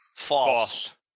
False